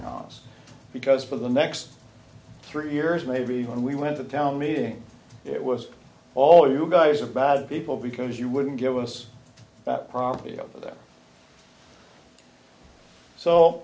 on us because for the next three years maybe when we went to town meeting it was all you guys are bad people because you wouldn't give us that property over there so